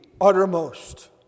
uttermost